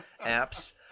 apps